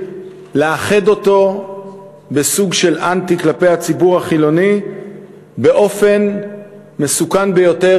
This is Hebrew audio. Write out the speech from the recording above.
לאחד אותו בסוג של אנטי כלפי הציבור החילוני באופן מסוכן ביותר,